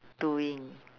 doing